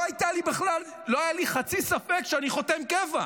לא היה לי חצי ספק שאני חותם קבע.